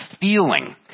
feeling